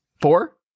Four